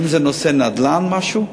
האם זה נושא של נדל"ן או משהו?